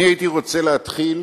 אני הייתי רוצה להתחיל